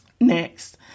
Next